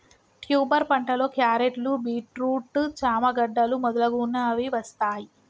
tuber పంటలో క్యారెట్లు, beetroot, చామ గడ్డలు మొదలగునవి వస్తాయ్